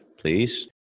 please